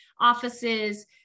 offices